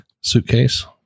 suitcase